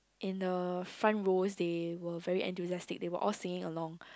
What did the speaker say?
in the front rows they were very enthusiastic they were all singing along